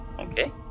Okay